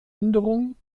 änderung